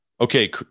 Okay